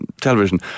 television